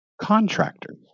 contractors